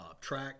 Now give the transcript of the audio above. track